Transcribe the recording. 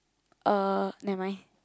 uh never mind